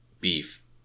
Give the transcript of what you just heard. beef